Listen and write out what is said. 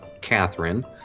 Catherine